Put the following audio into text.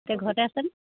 তে ঘৰতে আছেনে